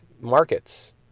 markets